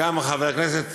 גם חבר הכנסת